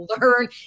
learn